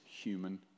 human